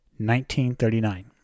1939